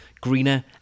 greener